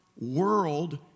world